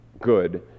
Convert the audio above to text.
good